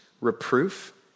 reproof